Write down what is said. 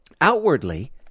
Outwardly